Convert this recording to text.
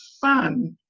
fun